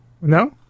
No